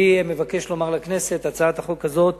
אני מבקש לומר לכנסת: הצעת החוק הזאת